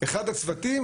אחד הצוותים,